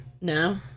No